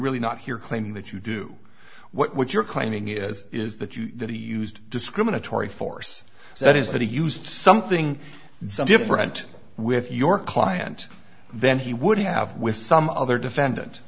really not here claiming that you do what you're claiming is is that you that he used discriminatory force so it is that he used something so different with your client then he would have with some other defendant